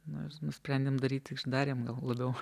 nu nusprendėm daryti ką darėme gal labiau